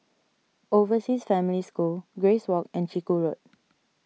Overseas Family School Grace Walk and Chiku Road